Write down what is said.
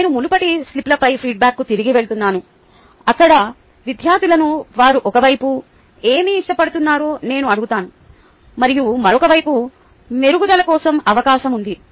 నేను మునుపటి స్లిప్లపై ఫీడ్బ్యాక్కు తిరిగి వెళుతున్నాను అక్కడ విద్యార్థులను వారు ఒక వైపు ఏమి ఇష్టపడుతున్నారో నేను అడుగుతాను మరియు మరొక వైపు మెరుగుదల కోసం అవకాశం ఉంది